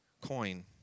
coin